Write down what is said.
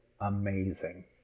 amazing